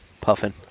puffing